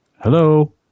Hello